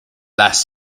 last